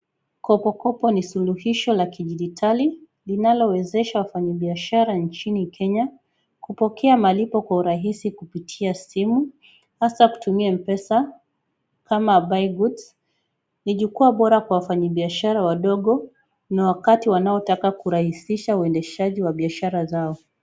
Kopokopo ni suluhisho la kijiditali, linalowezeshs wafanyabiashara inchini Kenya, kupokea malipo kwa urahisi kupitia simu hasa kutumia m-pesa, kama buy goods . Ni jukwaa bora kwa wafanya biashara wadogo na wakati wanaotaka kurahisisha uendeshaji wa biashara zao.